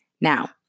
Now